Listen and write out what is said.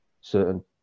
certain